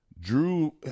Drew